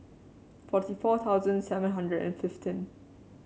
forty four thousand seven hundred and fifteen